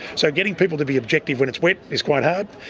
so getting people to be objective when it's wet is quite hard,